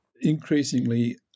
increasingly